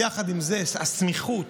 יחד עם זה, הסמיכות